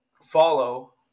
follow